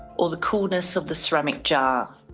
or the coolness of the ceramic jar,